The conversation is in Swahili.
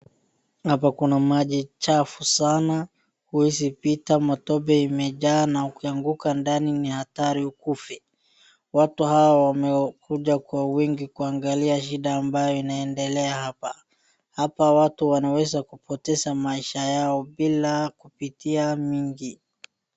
Hapa kuna maji chafu sana huwezi pita matope imejaa na ukianguka ndani ni hatari ukufe. Watu hawa wamekuja kwa wingi kuangalia shida ambaye inaendelea hapa. Hapa watu wanaweza kupoteza maisha yao bila kupitia mingi.